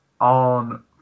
on